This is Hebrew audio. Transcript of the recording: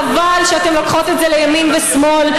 חבל שאתן לוקחות את זה לימין ושמאל,